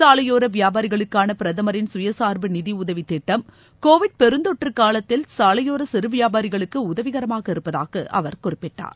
சாலையோர வியாபாரிகளுக்கான பிரதமரின் சுயசார்பு நிதி உதவித் திட்டம் கோவிட் பெருந்தொற்று காலத்தில் சாலையோர சிறு வியாபாரிகளுக்கு உதவிகரமாக இருப்பதாக அவர் குறிப்பிட்டார்